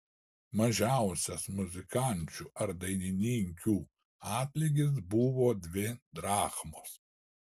mažiausias muzikančių ar dainininkių atlygis buvo dvi drachmos